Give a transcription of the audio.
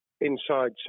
inside